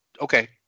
Okay